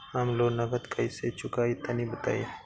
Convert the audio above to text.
हम लोन नगद कइसे चूकाई तनि बताईं?